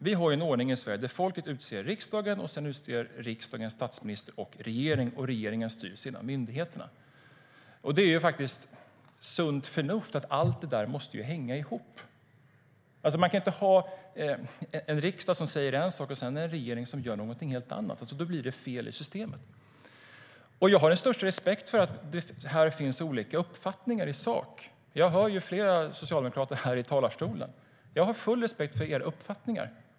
Vi har en ordning i Sverige där folket utser riksdagen, och sedan utser riksdagen statsminister och regering. Regeringen styr sedan myndigheterna. Det är sunt förnuft att allt detta måste hänga ihop. Man kan inte ha en riksdag som säger en sak och en regering som gör något helt annat. Då blir det fel i systemet. Jag har den största respekt för att det finns olika uppfattningar i sak. Jag hör ju flera socialdemokrater här i talarstolen, och jag har full respekt för era uppfattningar.